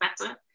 better